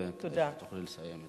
ותוכלי לסיים.